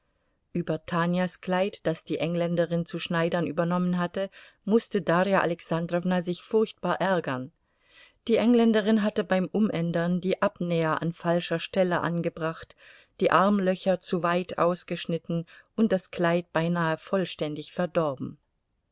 über tanjas kleid das die engländerin zu schneidern übernommen hatte mußte darja alexandrowna sich furchtbar ärgern die engländerin hatte beim umändern die abnäher an falscher stelle angebracht die armlöcher zu weit ausgeschnitten und das kleid beinahe vollständig verdorben